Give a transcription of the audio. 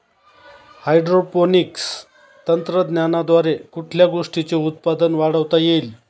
Hydroponics तंत्रज्ञानाद्वारे कुठल्या गोष्टीचे उत्पादन वाढवता येईल?